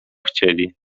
chcieli